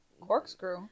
corkscrew